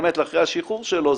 אחרי השחרור שלו.